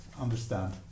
understand